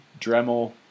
Dremel